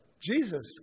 Jesus